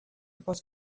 posso